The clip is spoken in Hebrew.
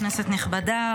כנסת נכבדה,